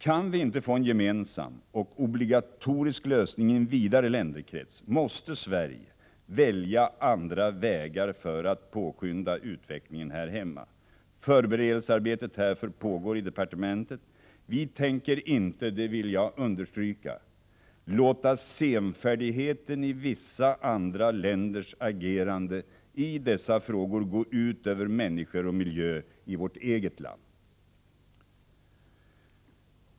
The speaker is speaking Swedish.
Kan vi inte få en gemensam och obligatorisk lösning i en vidare länderkrets, måste Sverige välja andra vägar för att påskynda utvecklingen här hemma. Förberedelsearbetet härför pågår i departementet. Vi tänker inte, det vill jag understryka, låta senfärdigheten i vissa andra länders agerande i dessa frågor gå ut över människor och miljö i vårt eget land.